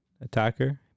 attacker